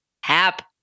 Hap